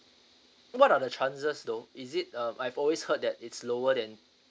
what are the chances though is it um I've always heard that it's lower than